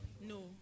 No